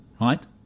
Right